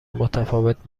متفاوت